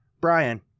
Brian